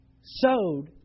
sowed